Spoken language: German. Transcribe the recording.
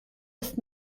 ist